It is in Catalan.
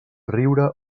riure